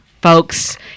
Folks